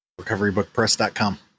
recoverybookpress.com